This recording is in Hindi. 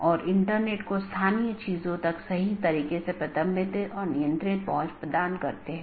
तो AS के भीतर BGP का उपयोग स्थानीय IGP मार्गों के विज्ञापन के लिए किया जाता है